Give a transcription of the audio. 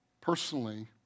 personally